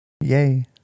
Yay